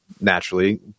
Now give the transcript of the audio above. naturally